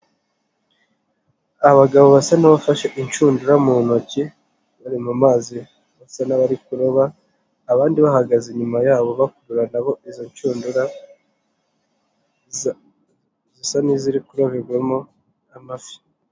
Abagabo basa n'abafashe inshundura mu ntoki ,bari mu mazi basa nk'abari kuroba, abandi bahagaze inyuma yabo bakurura nabo izo nshundura zisa n'iziri kuroberwamo amafi.